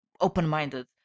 open-minded